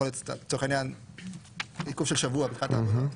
לצורך העניין עיכוב של שבוע מבחינת העבודה.